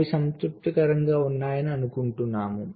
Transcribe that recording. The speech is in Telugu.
అవి సంతృప్తికరంగా ఉన్నాయని అనుకుంటాము